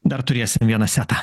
dar turėsjm vieną setą